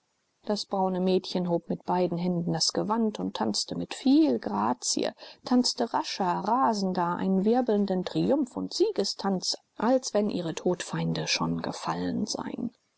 das braune mädchen hob mit beiden händen das gewand und tanzte mit viel grazie tanzte rascher rasender einen wirbelnden triumph und siegestanz als wenn ihre todfeinde schon gefällt seien